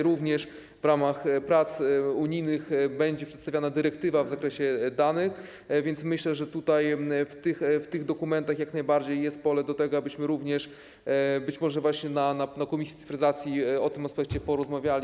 Również w ramach prac unijnych będzie przedstawiana dyrektywa w zakresie danych, więc myślę, że w tych dokumentach jak najbardziej jest pole do tego, abyśmy również, być może właśnie w komisji cyfryzacji, o tym aspekcie porozmawiali.